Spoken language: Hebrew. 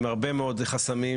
עם הרבה מאוד חסמים.